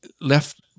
left